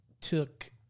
took